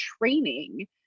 training